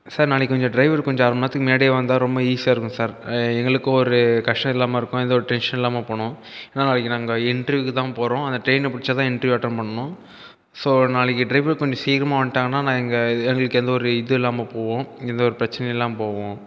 sir நாளைக்கு கொஞ்சம் driver கொஞ்சம் அரை மணிநேரத்துக்கு முன்னாடியே வந்தால் ரொம்ப ஈஸியாக இருக்கும் சார் எங்களுக்கு ஒரு கஷ்டம் இல்லாமல் இருக்கும் எந்த ஒரு டென்ஷன் இல்லாமல் போகணும் ஏன்னால் நாளைக்கு நாங்கள் இன்டர்வியூக்கு தான் போகிறோம் அந்த ட்ரெயினை பிடிச்சா தான் இன்டர்வியூ அட்டென்ட் பண்ணனும் ஸோ நாளைக்கு டிரைவர் கொஞ்சம் சீக்கிரமாக வந்துட்டாங்கன்னால் நான் எங்கள் எங்களுக்கு எந்த ஒரு இதுவும் இல்லாமல் போவோம் எந்த ஒரு பிரச்சனையும் இல்லாமல் போவோம்